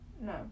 No